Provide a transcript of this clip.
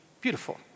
beautiful